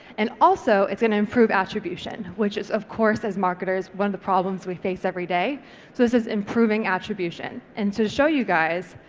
and also it's an improved attribution, which is of course as marketers one of the problems we face everyday, so this is improving attribution. and to show you guys,